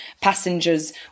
passengers